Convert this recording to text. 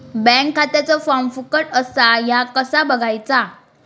Bank खात्याचो form फुकट असा ह्या कसा बगायचा?